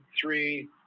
three